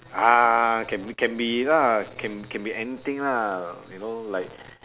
ah can be can be lah can can be anything lah you know like